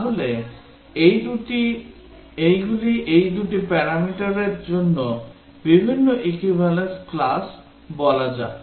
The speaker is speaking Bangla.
তাহলে এইগুলি এই দুটি প্যারামিটারের জন্য বিভিন্ন equivalence class বলা যাক